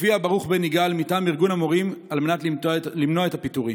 הופיע ברוך בן יגאל מטעם ארגון המורים על מנת למנוע את הפיטורים.